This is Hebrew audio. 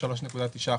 3.9%,